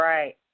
Right